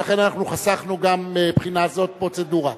ולכן אנחנו חסכנו גם מהבחינה הזאת פרוצדורה.